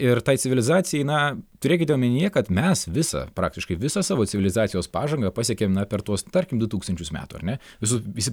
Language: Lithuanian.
ir tai civilizacijai na turėkite omenyje kad mes visą praktiškai visą savo civilizacijos pažangą pasiekėm na per tuos tarkim du tūkstančius metų ar ne visų visi